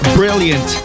brilliant